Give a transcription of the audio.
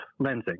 lensing